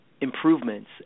improvements